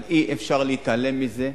אבל אי-אפשר להתעלם מזה,